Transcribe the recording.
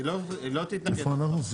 איפה אנחנו?